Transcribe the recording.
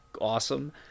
awesome